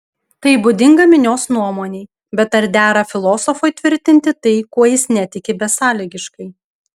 tai būdinga minios nuomonei bet ar dera filosofui tvirtinti tai kuo jis netiki besąlygiškai